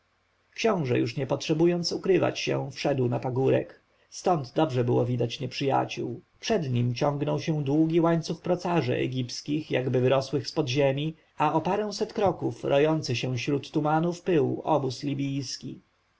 książę już nie potrzebując ukrywać się wszedł na pagórek skąd dobrze było widać nieprzyjaciół przed nim ciągnął się długi łańcuch procarzy egipskich jakby wyrosłych z pod ziemi a o paręset kroków rojący się śród tumanów pyłu obóz libijski